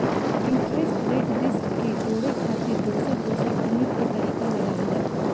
interest rate risk के जोड़े खातिर दोसर दोसर गणित के तरीका लगावल जाला